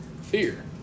fear